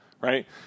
right